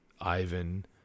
Ivan